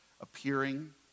appearing